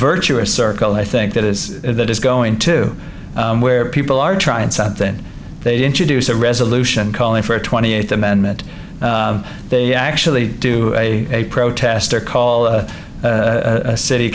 virtuous circle i think that is that is going to where people are trying something they introduce a resolution calling for a twenty eight amendment they actually do a protester call a